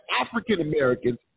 African-Americans